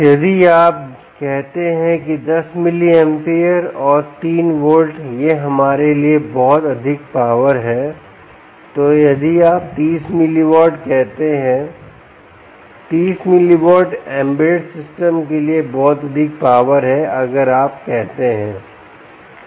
यदि आप कहते हैं कि 10 मिलीएंपियर और 3 वोल्ट यह हमारे लिए बहुत अधिक पावर है तो यदि आप 30 मिलीवाट कहते हैं 30 मिलीवाट एम्बेडेड सिस्टम के लिए बहुत अधिक पावर है अगर आप कहते हैं